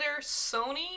Sony